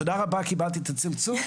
תודה רבה, קיבלתי את הצלצול.